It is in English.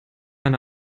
eine